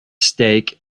steak